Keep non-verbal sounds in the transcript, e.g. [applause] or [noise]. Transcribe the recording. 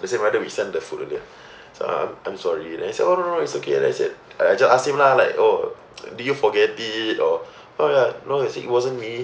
the same rider we sent the food earlier [breath] so I'm I'm sorry then he said oh no no no it's okay then I said uh I just asked him lah like oh [noise] did you forget it or oh ya then he said it wasn't me